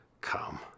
come